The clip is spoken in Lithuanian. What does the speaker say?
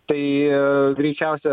tai greičiausia